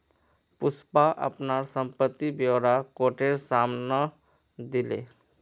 पुष्पा अपनार संपत्ति ब्योरा कोटेर साम न दिले